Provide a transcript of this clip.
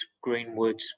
Greenwood